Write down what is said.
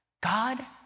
God